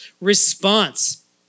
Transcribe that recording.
Response